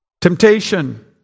temptation